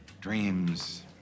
dreams